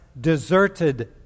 deserted